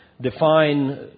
define